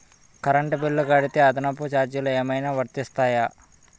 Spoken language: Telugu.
కరెంట్ బిల్లు కడితే అదనపు ఛార్జీలు ఏమైనా వర్తిస్తాయా?